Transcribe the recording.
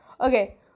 Okay